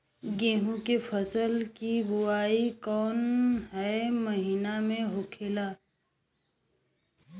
गेहूँ के फसल की बुवाई कौन हैं महीना में होखेला?